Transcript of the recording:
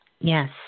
Yes